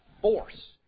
force